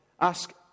Ask